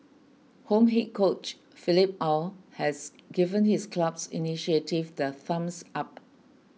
home head coach Philippe Aw has given his club's initiative the thumbs up